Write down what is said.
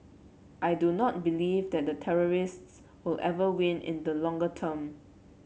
I do not believe that the terrorists will ever win in the longer term